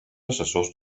assessors